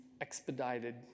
expedited